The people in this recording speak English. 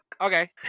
okay